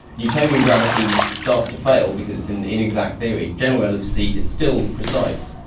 newtonian gravity starts to fail because it's an inexact theory. general relativity is still precise.